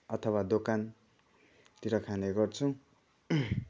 अथवा दोकानतिर खानेगर्छौँ